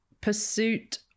pursuit